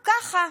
ככה.